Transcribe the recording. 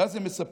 ואז הם מספרים